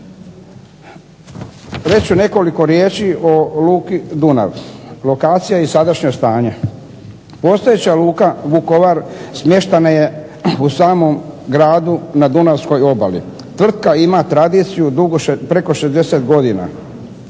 ću nekoliko riječi o Luki Dunav. Lokacija i sadašnje stanje. Postojeća Luka Vukovar smještena je u samom gradu na dunavskoj obali. Tvrtka ima tradiciju dugo preko 60 godina.